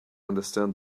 understand